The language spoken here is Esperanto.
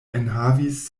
enhavis